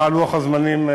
מה לוח הזמנים?